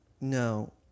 no